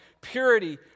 purity